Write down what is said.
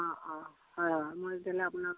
অ অ হয় হয় মই তেতিয়াহ'লে আপোনাক